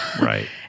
Right